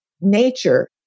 nature